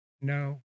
no